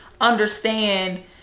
understand